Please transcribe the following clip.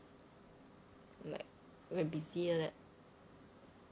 like very busy like that